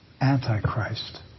Antichrist